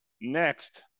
Next